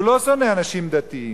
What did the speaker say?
הוא לא שונא אנשים דתיים,